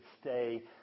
stay